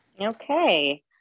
Okay